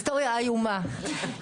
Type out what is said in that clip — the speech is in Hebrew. היסטוריה איומה,